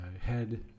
head